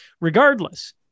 Regardless